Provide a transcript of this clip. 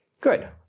Good